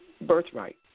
birthright